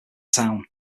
town